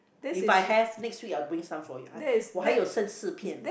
if I have next week I'll bring some for you I 我还有剩四片